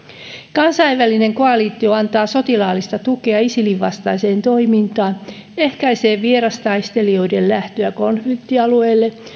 kansainvälinen koalitio antaa sotilaallista tukea isilin vastaiseen toimintaan ehkäisee vierastaistelijoiden lähtöä konfliktialueille